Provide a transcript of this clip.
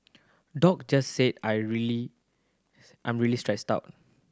Doc just said I really I'm really stressed out